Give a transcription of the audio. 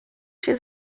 się